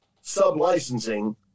Sub-licensing